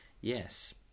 Yes